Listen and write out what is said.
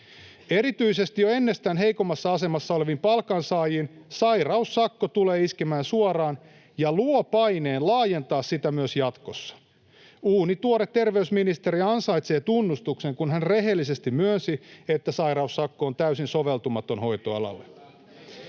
Erityisesti jo ennestään heikommassa asemassa oleviin palkansaajiin sairaussakko tulee iskemään suoraan ja luo paineen laajentaa sitä myös jatkossa. Uunituore terveysministeri ansaitsee tunnustuksen, kun hän rehellisesti myönsi, että sairaussakko on täysin soveltumaton hoitoalalle.